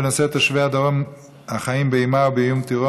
בנושא: תושבי הדרום החיים באימה ובאיום טרור